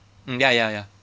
mm ya ya ya